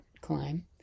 climb